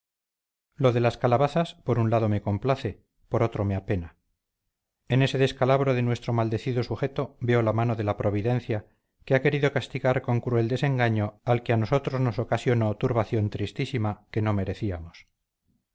lo de las calabazas por un lado me complace por otro me apena en ese descalabro de nuestro maldecido sujeto veo la mano de la providencia que ha querido castigar con cruel desengaño al que a nosotros nos ocasionó turbación tristísima que no merecíamos